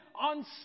on